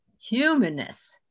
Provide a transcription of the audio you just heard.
Humanness